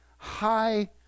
High